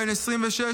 בן 26,